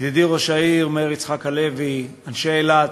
ידידי ראש העיר מאיר יצחק הלוי, אנשי אילת,